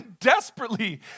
desperately